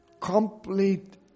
complete